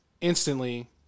instantly